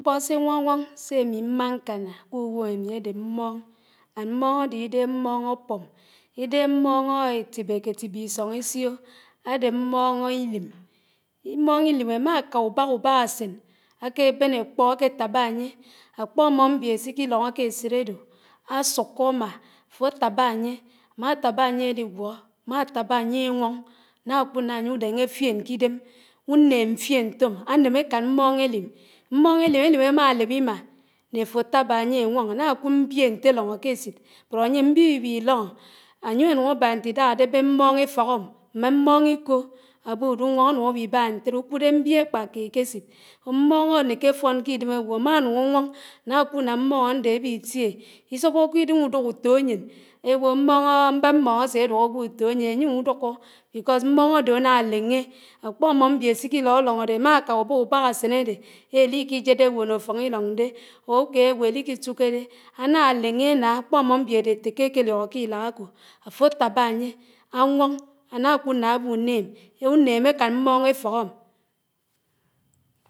Nkpó sé éñwówóñ sé ámi mmá ñkáná k'úsén ámi ádé mmóñ and mmóñ ádé ìdéhé mmón̄ áfúmb, ìdéhé mmóñ étíbékétíbé ìsóñ ésìó, ádé mmón̄ ìlim. Mmóñ ílím àmá áká úbákúbákásén áké bén ákpó áké tábá ányé, ákpónó mbié sikilónó ké ésit ádó ásúkú ámá, áfó átábá ányé, ámá tábá ányé ádigwó, ámá tábá ànyé áwóñ ànákúd ná ányé údéné fién k'idém, úném fién ñtóm, áném ákán mmóñ élim, mmón̄ élim élim ámá léb émá né áfó tábá ányé áñwóñ ánàkúd mbié ñté lóñó ké ésit, bót ányém mbié ibi lónó, ányém ánúñ ábá ntidáhá àdébé mmóñ éfikm mmé mmóñ íkó ábúdú wóñ ánúñ ábi bá ñtéré úkúdé mbié kpákéd k'esid. Mmóñ ánéké áfón k'idém ágwó ámánúñ áwóñ nákúd ná mmóñ ándé ábitié, ísobókidém údúk úfó ányén, éwó mmóñ, mbád mmóñ ásédúk ágwó útó ányén ányém údúkó, because mmóñ ádó áná léné, ákpómó mbié siki lólóñó dé àmáká úbákúbákásén ádé éliki jédé wúón àffóñ ílóñ dé or úkéd ágwo éliki tuké de áná léñe ánà kpómó mbié àde téké ákéliónó kílák ákó, áfó tábá ányé áwóñ, ánákúd ná ábú néém, únéém ákán mmóñ éfókm.